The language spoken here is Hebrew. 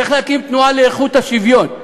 צריך להקים תנועה לאיכות השוויון,